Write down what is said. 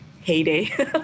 heyday